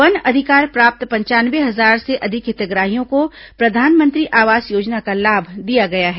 one अधिकार प्राप्त पंचानवे हजार से अधिक हितग्राहियों को प्रधानमंत्री आवास योजना का लाभ दिया गया है